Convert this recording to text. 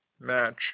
match